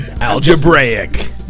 Algebraic